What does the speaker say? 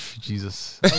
Jesus